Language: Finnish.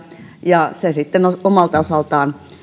ja se sitten omalta osaltaan